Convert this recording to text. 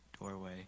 doorway